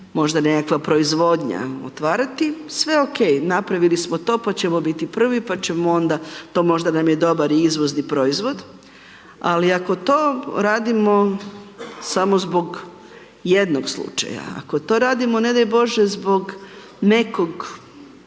možda nekakva proizvodnja otvarati, sve ok, napravili smo to pa ćemo biti prvi, pa ćemo onda to možda nam je dobar izvozni proizvod ali ako to radimo samo zbog jednog slučaja, ako radimo ne daj bože zbog nekog